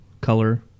color